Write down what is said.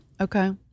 Okay